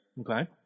Okay